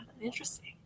interesting